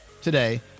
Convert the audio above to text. today